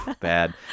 Bad